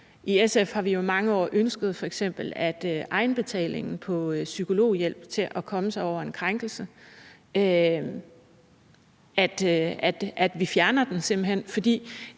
I SF har vi jo f.eks. i mange år ønsket, at egenbetalingen til psykologhjælp til at komme sig over en krænkelse simpelt hen fjernes. For